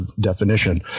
definition